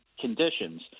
conditions